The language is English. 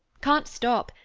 can't stop.